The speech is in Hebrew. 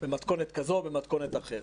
במתכונת כזו או במתכונת אחרת.